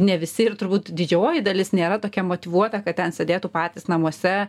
ne visi ir turbūt didžioji dalis nėra tokia motyvuota kad ten sėdėtų patys namuose